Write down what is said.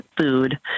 food